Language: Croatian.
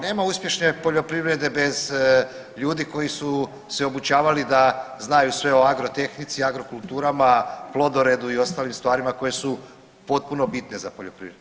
Nema uspješne poljoprivrede bez ljudi koji su se obučavali da znaju sve o agrotehnici, agrokulturama, plodoredu i ostalim stvarima koje su potpuno bitne za poljoprivrednike.